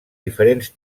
diferents